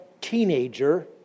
teenager